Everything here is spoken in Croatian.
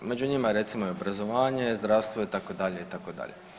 Među njima je recimo i obrazovanje, zdravstvo itd. itd.